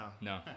No